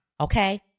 okay